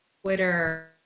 Twitter